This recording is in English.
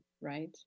right